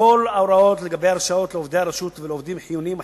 את כל ההוראות לגבי ההרשאות לעובדי הרשות ולעובדים חיוניים אחרים,